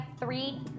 three